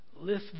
lift